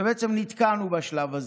ונתקענו בשלב הזה.